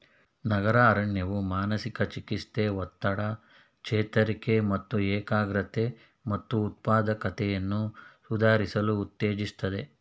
ನಗರ ಅರಣ್ಯವು ಮಾನಸಿಕ ಚಿಕಿತ್ಸೆ ಒತ್ತಡ ಚೇತರಿಕೆ ಮತ್ತು ಏಕಾಗ್ರತೆ ಮತ್ತು ಉತ್ಪಾದಕತೆಯನ್ನು ಸುಧಾರಿಸಲು ಉತ್ತೇಜಿಸ್ತದೆ